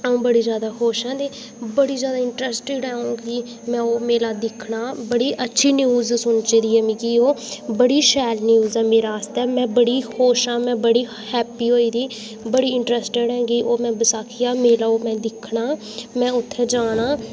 अ'ऊं बड़ी ज्यादा खुश आं ते बड़ी ज्यादा इंटरस्टड आं के में ओह् मेला दिक्खना बड़ी अच्छी न्यूज न्यूज सुनची दी ऐ मिगी ओह बड़ी शैल न्यूज ऐ मेरे आस्तै ओह्